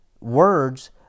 words